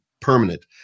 permanent